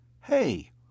Hey